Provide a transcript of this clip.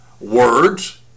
Words